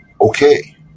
okay